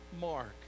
Mark